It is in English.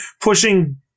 pushing